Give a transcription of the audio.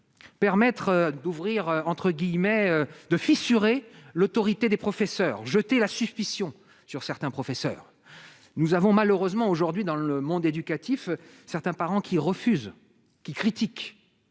permettre d'ouvrir entre guillemets de fissurer l'autorité des professeurs jeter la suspicion sur certains professeurs nous avons malheureusement aujourd'hui dans le monde éducatif, certains parents qui refusent, qui critique